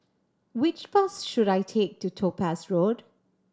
which bus should I take to Topaz Road